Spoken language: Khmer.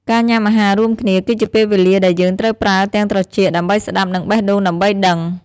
ការញ៉ាំអាហាររួមគ្នាគឺជាពេលវេលាដែលយើងត្រូវប្រើទាំងត្រចៀកដើម្បីស្ដាប់ និងបេះដូងដើម្បីដឹង។